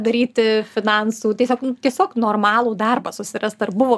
daryti finansų taisiog tiesiog normalų darbą susirast ar buvo